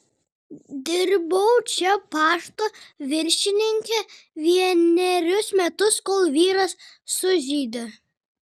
dirbau čia pašto viršininke vienerius metus kol vyras sužeidė